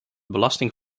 belasting